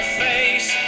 face